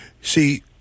See